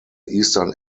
eastern